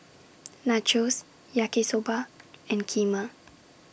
Nachos Yaki Soba and Kheema